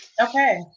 Okay